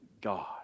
God